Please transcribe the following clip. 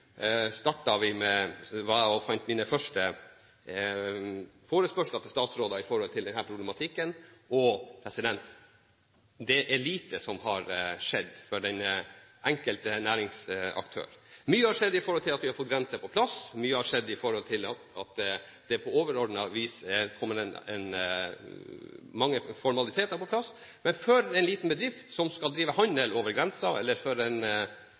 med mine første forespørsler til statsråder om denne problematikken, og det er lite som har skjedd for den enkelte næringsaktør. Mye har skjedd ved at vi har fått grenser på plass, mye har skjedd ved at det på overordnet vis er kommet mange formaliteter på plass, men for en liten bedrift som skal drive handel over grensen, eller for en